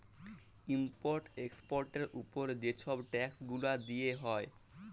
import এক্সপর্টের উপরে যে ছব ট্যাক্স গুলা দিতে হ্যয়